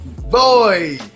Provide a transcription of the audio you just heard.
Boy